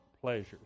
pleasures